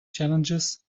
challenges